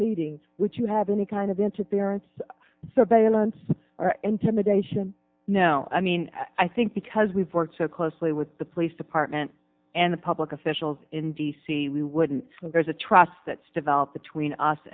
meeting would you have any kind of interference surveillance or intimidation no i mean i think because we've worked so closely with the police department and the public officials in d c we wouldn't so there's a trust that's developed between us